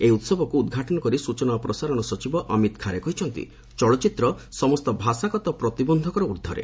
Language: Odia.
ଏହି ଉତ୍ସବକୁ ଉଦ୍ଘାଟନ କରି ସ୍ଚଚନା ଓ ପ୍ରସାରଣ ସଚିବ ଅମିତ୍ ଖାରେ କହିଛନ୍ତି ଚଳଚ୍ଚିତ୍ର ସମସ୍ତ ଭାଷାଗତ ପ୍ରତିବନ୍ଧକର ଊର୍ଦ୍ଧ୍ୱରେ